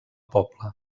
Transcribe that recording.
poble